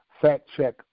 fact-check